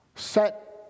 set